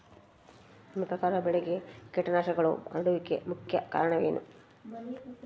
ನಿಮ್ಮ ಪ್ರಕಾರ ಬೆಳೆಗೆ ಕೇಟನಾಶಕಗಳು ಹರಡುವಿಕೆಗೆ ಮುಖ್ಯ ಕಾರಣ ಏನು?